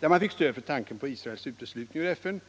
där man fick stöd för tankarna på Israels uteslutning ur FN.